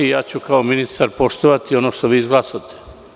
Ja ću kao ministar poštovati ono što vi izglasate.